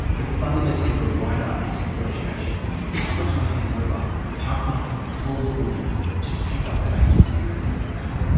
but fundamentally for a writer it's a negotiation between how much am i handing over and how can i compel the audience to take up that agency and make it matter?